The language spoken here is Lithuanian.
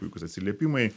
puikūs atsiliepimai